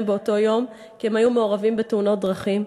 באותו יום כי הם היו מעורבים בתאונות דרכים.